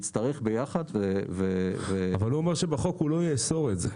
נצטרך ביחד --- אבל הוא אומר שבחוק הוא לא יאסור את זה,